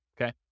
okay